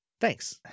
thanks